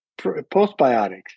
postbiotics